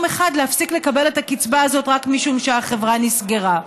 אחד להפסיק לקבל את הקצבה הזאת רק משום שהחברה נסגרה.